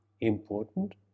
important